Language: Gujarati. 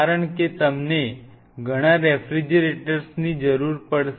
કારણ કે તમને ઘણા રેફ્રિજરેટર્સની જરૂર પડશે